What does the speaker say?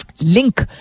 Link